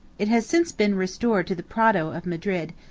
it has since been restored to the prado of madrid,